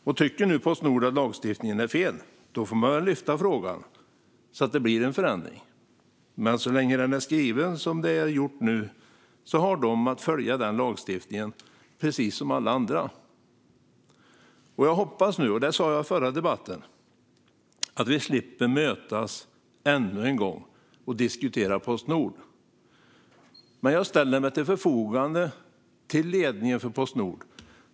Om Postnord tycker att lagstiftningen är fel får man lyfta frågan så att det blir en förändring. Men så länge lagen är skriven som den är nu har Postnord att följa lagstiftningen precis som alla andra. Som jag sa i den förra debatten hoppas jag att vi slipper mötas ännu en gång och diskutera Postnord. Men jag ställer mig till förfogande för ledningen för Postnord.